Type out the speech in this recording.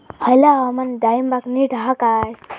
हयला हवामान डाळींबाक नीट हा काय?